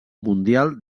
mundial